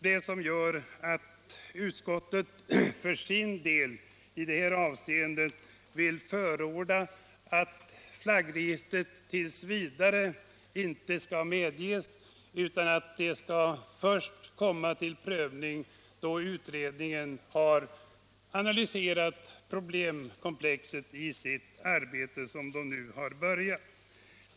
Det är det som gör att utskottet för sin del i det här avseendet vill förorda att flaggregistret t. v. inte skall medges utan att det skall komma till prövning först då utredningen har analyserat problemkomplexet i det arbete som den nu har påbörjat.